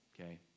okay